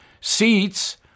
seats